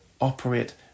operate